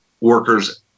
workers